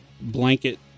blanket